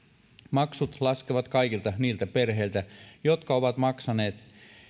maksut laskevat kaikilta niiltä perheiltä jotka ovat maksaneet